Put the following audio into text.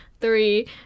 three